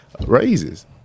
raises